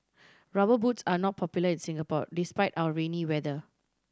Rubber Boots are not popular in Singapore despite our rainy weather